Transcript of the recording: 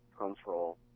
control